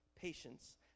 patience